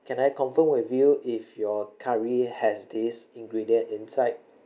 can I confirm with you if your curry has this ingredient inside